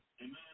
Amen